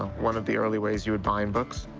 one of the early ways you would bind books.